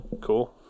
cool